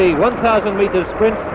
one thousand metres sprint,